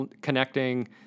connecting